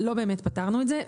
לא באמת פתרנו את זה.